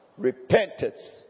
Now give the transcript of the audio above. Repentance